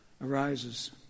arises